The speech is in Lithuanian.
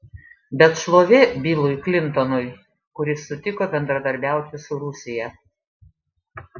bet šlovė bilui klintonui kuris sutiko bendradarbiauti su rusija